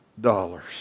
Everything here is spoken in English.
dollars